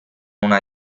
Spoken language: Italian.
una